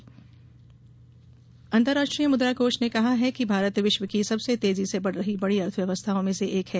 अंतर्राष्ट्रीय मुद्रा कोष अंतर्राष्ट्रीय मुद्रा कोष ने कहा है कि भारत विश्व की सबसे तेजी से बढ़ रही बड़ी अर्थव्यवस्थाओं में से है